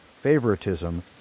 favoritism